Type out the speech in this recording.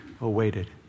awaited